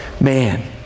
man